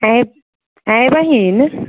आँय ये आँय ये बहिन